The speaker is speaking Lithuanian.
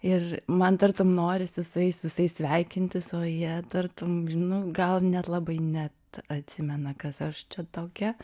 ir man tartum norisi su jais visais sveikintis o jie tartum nu gal net labai net atsimena kas aš čia tokia